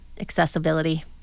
accessibility